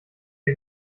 der